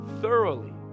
thoroughly